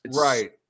right